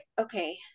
okay